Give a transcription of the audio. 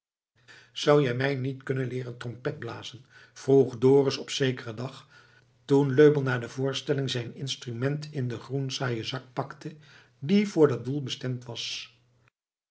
zou jij mij niet kunnen leeren trompet blazen vroeg dorus op zekeren dag toen löbell na de voorstelling zijn instrument in den groensaaien zak pakte die voor dat doel bestemd was